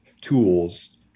tools